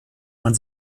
man